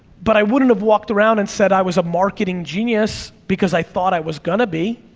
but i wouldn't have walked around and said i was a marketing genius because i thought i was gonna be.